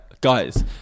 guys